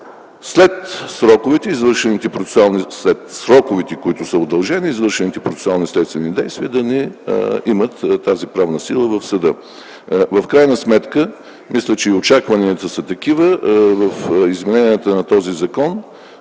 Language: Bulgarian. след сроковете, които са удължени, извършените процесуални действия да нямат тази правна сила в съда. В крайна сметка мисля, че и очакванията са такива, в измененията на този закон